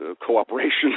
cooperation